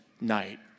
night